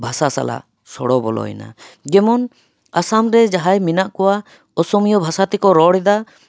ᱵᱷᱟᱥᱟ ᱥᱟᱞᱟᱜ ᱥᱚᱲᱚ ᱵᱚᱞᱚᱭᱮᱱᱟ ᱡᱮᱢᱚᱱ ᱟᱥᱟᱢ ᱨᱮ ᱡᱟᱦᱟᱸᱭ ᱢᱮᱱᱟᱜ ᱠᱚᱣᱟ ᱚᱥᱚᱢᱤᱭᱟᱹ ᱵᱷᱟᱥᱟ ᱛᱮᱠᱚ ᱨᱚᱲ ᱮᱫᱟ